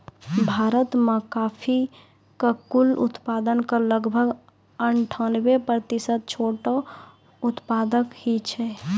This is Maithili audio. भारत मॅ कॉफी के कुल उत्पादन के लगभग अनठानबे प्रतिशत छोटो उत्पादक हीं छै